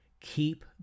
Keep